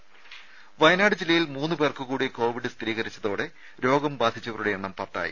രുദ വയനാട് ജില്ലയിൽ മൂന്ന് പേർക്ക് കൂടി കോവിഡ് സ്ഥിരീകരിച്ചതോടെ രോഗം ബാധിച്ചവരുടെ എണ്ണം പത്തായി